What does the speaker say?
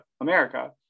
America